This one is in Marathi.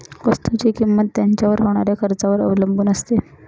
वस्तुची किंमत त्याच्यावर होणाऱ्या खर्चावर अवलंबून असते